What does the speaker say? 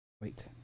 Wait